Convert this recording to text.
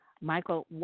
Michael